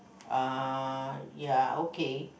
uh ya okay